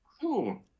Cool